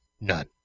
None